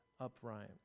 upright